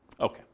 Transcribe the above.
Okay